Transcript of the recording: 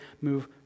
move